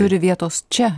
turi vietos čia